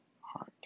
heart